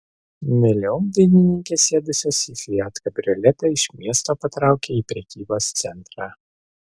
vėliau dainininkės sėdusios į fiat kabrioletą iš miesto patraukė į prekybos centrą